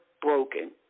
Broken